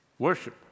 Worship